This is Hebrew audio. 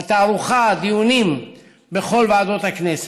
התערוכה, הדיונים בכל ועדות הכנסת.